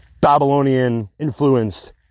Babylonian-influenced